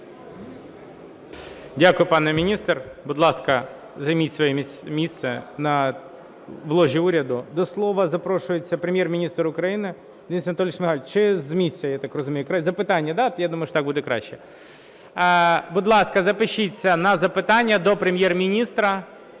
Дякую, пане міністр. Будь ласка, займіть своє місце в ложі уряду. До слова запрошується Прем'єр-міністр України Денис Анатолійович Шмигаль. Чи з місця, я так розумію? Запитання, да? Я думаю, що так буде краще. Будь ласка, запишіться на запитання до Прем'єр-міністра